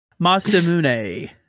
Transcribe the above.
Masamune